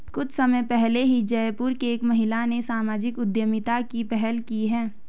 कुछ समय पहले ही जयपुर की एक महिला ने सामाजिक उद्यमिता की पहल की है